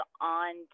on